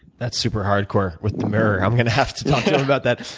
that's super hardcore with the mirror. i'm going to have to talk to him about that.